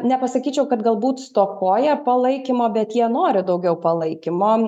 nepasakyčiau kad galbūt stokoja palaikymo bet jie nori daugiau palaikymo